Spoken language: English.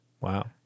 Wow